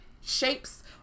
shapes